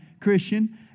Christian